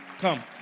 come